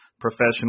professional